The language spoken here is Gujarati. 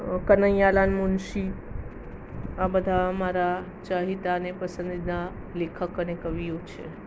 કનૈયાલાલ મુનશી આ બધા અમારા ચહિતા અને પસંદીદા લેખક અને કવિઓ છે